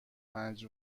پنج